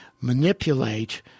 manipulate